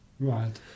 Right